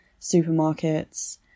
supermarkets